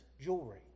jewelry